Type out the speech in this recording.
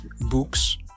books